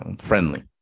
friendly